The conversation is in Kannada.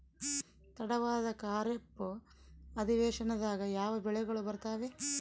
ತಡವಾದ ಖಾರೇಫ್ ಅಧಿವೇಶನದಾಗ ಯಾವ ಬೆಳೆಗಳು ಬರ್ತಾವೆ?